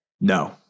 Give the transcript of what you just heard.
No